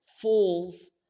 falls